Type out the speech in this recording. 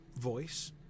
voice